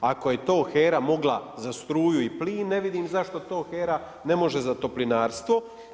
Ako je to HERA mogla za struju i plin ne vidim zašto to HERA ne može za toplinarstvo.